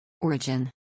Origin